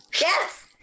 Yes